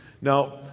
Now